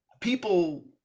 people